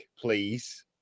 please